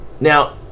Now